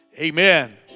Amen